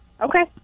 okay